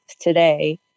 today